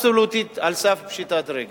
אבסולוטית על סף פשיטת רגל.